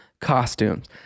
costumes